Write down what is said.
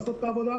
לעשות את העבודה,